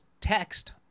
text